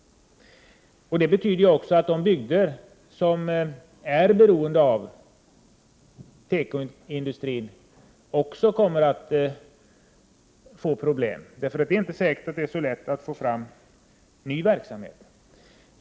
Det betyder också att de bygder som är beroende av tekoindustrin också kommer att få problem. Det är inte så säkert att det är lätt att få fram ny verksamhet.